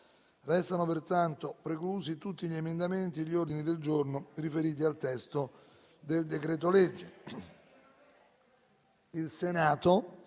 Risultano pertanto preclusi tutti gli emendamenti e gli ordini del giorno riferiti al testo del decreto-legge